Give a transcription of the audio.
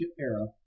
era